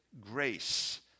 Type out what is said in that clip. grace